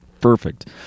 Perfect